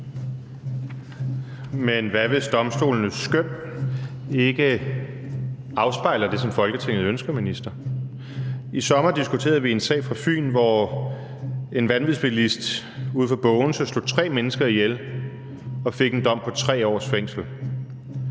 Men hvad hvis domstolenes skøn ikke afspejler det, som Folketinget ønsker, minister? I sommer diskuterede vi en sag fra Fyn, hvor en vanvidsbilist uden for Bogense slog tre mennesker ihjel og fik en dom på 3 års fængsel.